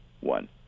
One